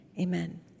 Amen